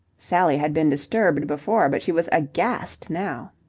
sally had been disturbed before, but she was aghast now.